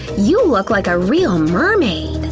you look like a real mermaid!